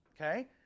okay